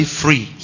free